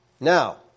Now